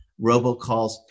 robocalls